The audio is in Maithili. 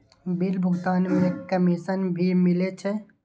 बिल भुगतान में कमिशन भी मिले छै?